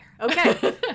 Okay